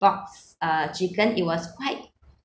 box uh chicken it was quite